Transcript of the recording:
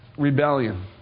rebellion